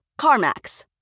CarMax